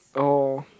oh